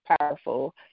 powerful